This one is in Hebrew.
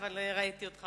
אבל מה לעשות,